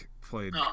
played